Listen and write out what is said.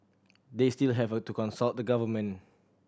they still have to consult the government